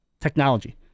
technology